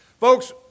Folks